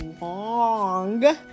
long